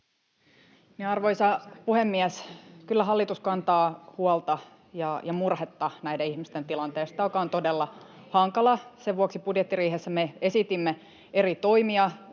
Arvoisa puhemies! Kyllä hallitus kantaa huolta ja murhetta näiden ihmisten tilanteesta, joka on todella hankala. [Perussuomalaisten ryhmästä: Se ei riitä!]